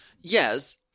Yes